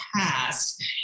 past